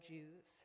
Jews